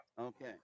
okay